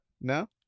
No